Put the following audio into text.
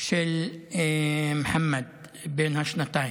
של מוחמד בן השנתיים.